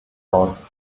aus